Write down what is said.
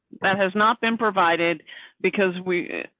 that has not been provided because we,